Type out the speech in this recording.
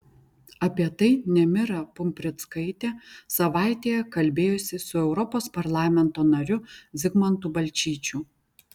apie tai nemira pumprickaitė savaitėje kalbėjosi su europos parlamento nariu zigmantu balčyčiu